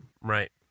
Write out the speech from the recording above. Right